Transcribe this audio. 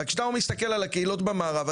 כשאתה מסתכל על הקהילות במערב,